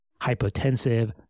hypotensive